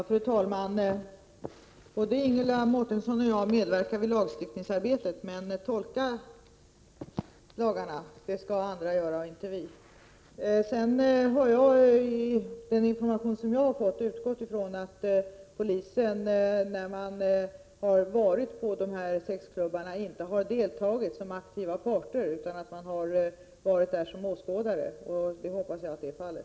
Fru talman! Både Ingela Mårtensson och jag medverkade vid lagstiftningsarbetet, men tolka lagarna skall andra och inte vi göra. Jag har på grundval av den information som jag har fått utgått ifrån att polismännen, när man varit på sexklubbarna, inte deltagit som aktiva parter utan varit där som åskådare. Jag hoppas att så är fallet.